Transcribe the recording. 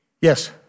Yes